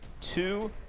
two